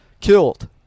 killed